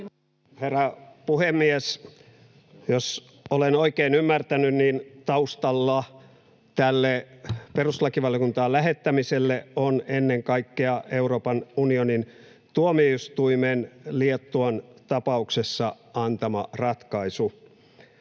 Herra puhemies! Jos olen oikein ymmärtänyt, niin taustalla tälle perustuslakivaliokuntaan lähettämiselle on ennen kaikkea Euroopan unionin tuomioistuimen Liettuan tapauksesta antama ratkaisu.